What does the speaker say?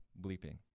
Bleeping